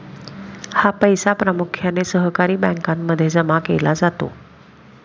हा पैसा प्रामुख्याने सहकारी बँकांमध्ये जमा केला जातो